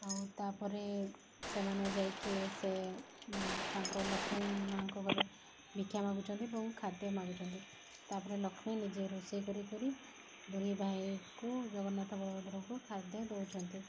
ଆଉ ତାପରେ ସେମାନେ ଯାଇକି ସେ ତାଙ୍କ ଲକ୍ଷ୍ମୀ ମା'ଙ୍କ ଘରେ ଭିକ୍ଷା ମାଗୁଛନ୍ତି ଏବଂ ଖାଦ୍ୟ ମାଗୁଛନ୍ତି ତାପରେ ଲକ୍ଷ୍ମୀ ନିଜେ ରୋଷେଇ କରିକରି ଦୁଇ ଭାଇକୁ ଜଗନ୍ନାଥ ବଳଭଦ୍ରଙ୍କୁ ଖାଦ୍ୟ ଦଉଛନ୍ତି